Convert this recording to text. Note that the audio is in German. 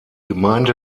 gemeinde